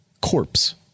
corpse